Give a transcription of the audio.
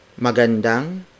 Magandang